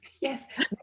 yes